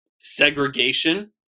segregation